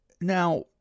Now